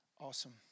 Awesome